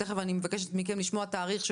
תיכף אני מבקשת לשמוע מכם תאריך,